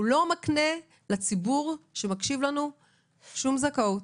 הוא לא מקנה לציבור שמקשיב לנו שום זכאות.